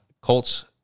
Colts